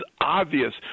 obvious